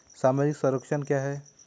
सामाजिक संरक्षण क्या है?